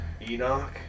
Enoch